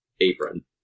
apron